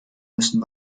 müssen